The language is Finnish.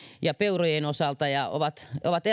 ja peurojen osalta ja ovat ovat